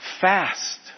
Fast